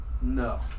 No